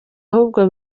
ahubwo